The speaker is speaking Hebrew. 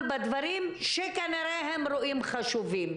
בדברים שהם כנראה רואים אותם כחשובים.